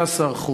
15%,